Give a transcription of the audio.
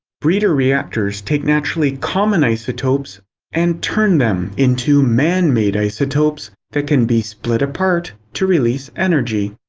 breeder reactors take naturally common isotopes and turn them into man-made isotopes that can be split apart to release energy.